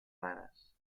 rares